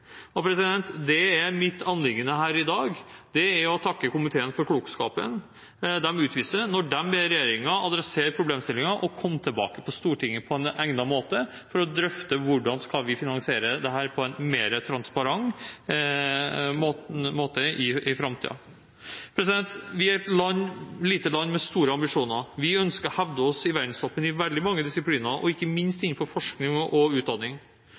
igjen i forskjellig basisfinansiering. Mitt anliggende her i dag er å takke komiteen for klokskapen den utviser når den ber regjeringen adressere problemstillingen og komme tilbake til Stortinget på egnet måte for å drøfte hvordan vi skal finansiere dette på en mer transparent måte i framtiden. Vi er et lite land med store ambisjoner. Vi ønsker å hevde oss i verdenstoppen i veldig mange disipliner, ikke minst innenfor forskning og utdanning.